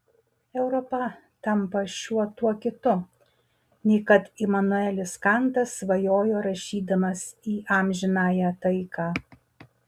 europa tampa šiuo tuo kitu nei kad imanuelis kantas svajojo rašydamas į amžinąją taiką